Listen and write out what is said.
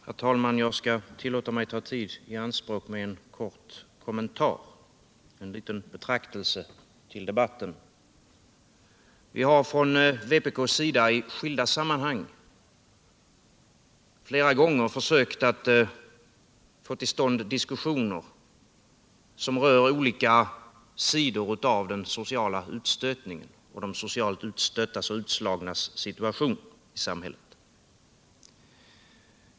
Herr talman! Jag skall tillåta mig att ta tid i anspråk med en kort kommentar, en liten betraktelse, till debatten. Vi har från vpk:s sida i skilda sammanhang flera gånger försökt få till stånd diskussioner som rör olika sidor av den sociala utstötningen och de socialt utstöttas och utslagnas situation i samhället.